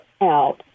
out